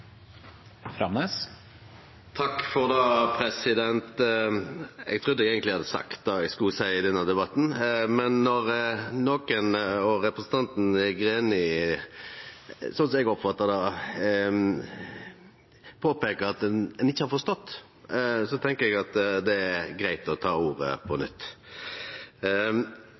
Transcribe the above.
Eg trudde eg eigentleg hadde sagt det eg skulle seie i denne debatten, men når representanten Greni – sånn eg oppfatta det – påpeika at ein ikkje har forstått, tenkjer eg det er greitt å ta ordet på nytt.